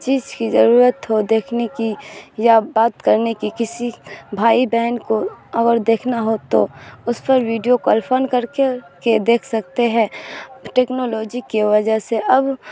چیز کی ضرورت ہو دیکھنے کی یا بات کرنے کی کسی بھائی بہن کو اگر دیکھنا ہو تو اس پر ویڈیو کال فون کر کے کے دیکھ سکتے ہیں ٹیکنالوجی کی وجہ سے اب